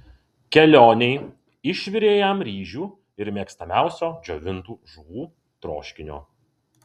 kelionei išvirė jam ryžių ir mėgstamiausio džiovintų žuvų troškinio